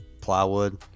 plywood